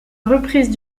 reprises